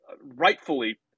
rightfully